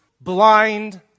blind